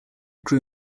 grew